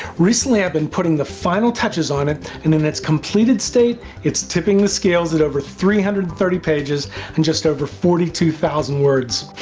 recently i've been putting the final touches on it, and in its completed state, it's tipping the scales at over three hundred and thirty pages and just over forty two thousand words.